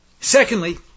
Secondly